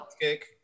cake